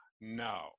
no